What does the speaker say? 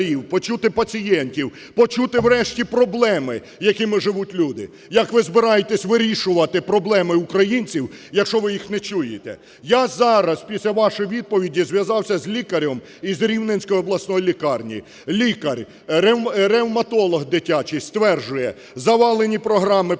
почути пацієнтів, почути врешті проблеми, якими живуть люди! Як ви збираєтесь вирішувати проблеми українців, якщо ви їх не чуєте? Я зараз, після вашої відповіді, зв'язався з лікарем з Рівненської обласної лікарні. Лікар-ревматолог дитячий стверджує – завалені програми поставки